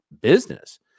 business